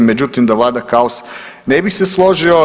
Međutim, da vlada kaos ne bih se složio.